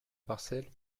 parcelle